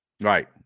Right